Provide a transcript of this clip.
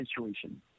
situation